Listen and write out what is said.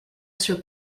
sir